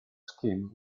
scheme